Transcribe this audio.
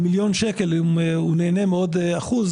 על מיליון שקל הוא נהנה מעוד אחוז